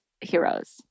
heroes